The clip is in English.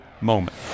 Moment